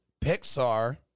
Pixar